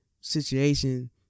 situation